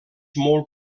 molt